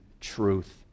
truth